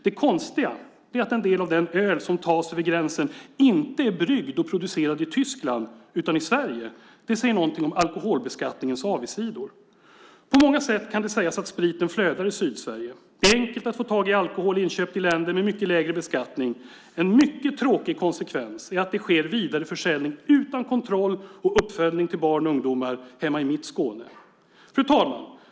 Det konstiga är att en del av den öl som tas över gränsen inte är bryggd och producerad i Tyskland utan i Sverige. Det säger någonting om alkoholbeskattningens avigsidor. På många sätt kan det sägas att spriten flödar i Sydsverige. Det är enkelt att få tag i alkohol inköpt i länder med mycket lägre beskattning. En mycket tråkig konsekvens är att det sker vidareförsäljning utan kontroll och uppföljning till barn och ungdomar hemma i mitt Skåne. Fru talman!